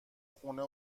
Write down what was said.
خونه